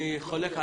אני חולק.